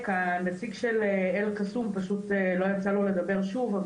הנציג של אל-קסום פשוט לא יצא לו לדבר שוב,